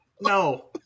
No